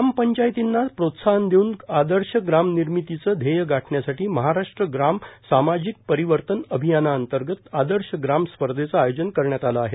ग्रामपंचायतींना प्रोत्साहन देवून आदर्श ग्राम निर्मितीचे ध्येय गाठण्यासाठी महाराष्ट्र ग्राम सामाजिक परिवर्तन अभियानांतर्गत आदर्श ग्राम स्पर्धेचं आयोजन करण्यात आलं आहे